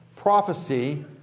prophecy